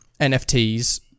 NFTs